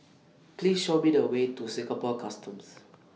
Please Show Me The Way to Singapore Customs